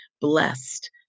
blessed